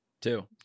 two